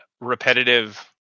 repetitive